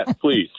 please